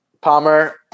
Palmer